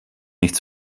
nicht